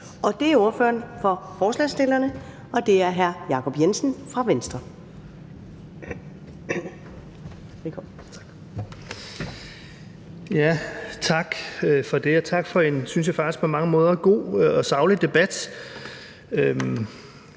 20:50 (Ordfører for forslagsstillerne) Jacob Jensen (V): Tak for det, og tak for en, synes jeg faktisk på mange måder, god og saglig debat.